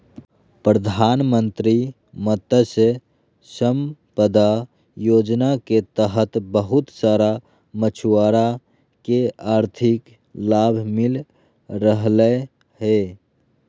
प्रधानमंत्री मत्स्य संपदा योजना के तहत बहुत सारा मछुआरा के आर्थिक लाभ मिल रहलय हें